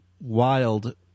wild